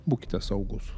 būkite saugūs